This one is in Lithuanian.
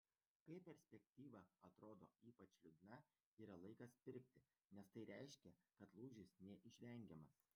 kai perspektyva atrodo ypač liūdna yra laikas pirkti nes tai reiškia kad lūžis neišvengiamas